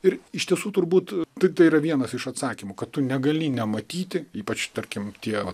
ir iš tiesų turbūt taip tai yra vienas iš atsakymų kad tu negali nematyti ypač tarkim tie vat